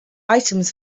items